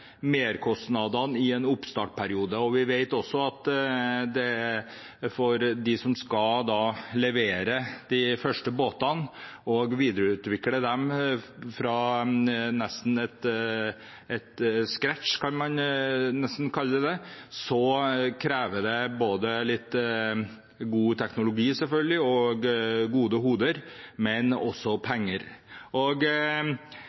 merkostnadene som er der. Vi vet at det nok blir ganske store merkostnader i en oppstartsperiode. Vi vet også at det for dem som skal levere de første båtene og videreutvikle dem nesten fra scratch – kan man nesten kalle det – krever både god teknologi og gode hoder, men også